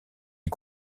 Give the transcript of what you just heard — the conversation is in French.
est